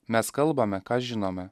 mes kalbame ką žinome